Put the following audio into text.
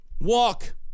Walk